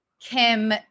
Kim